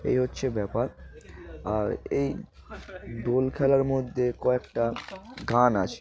এই হচ্ছে ব্যাপার আর এই দোল খেলার মধ্যে কয়েকটা গান আছে